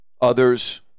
others